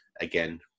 again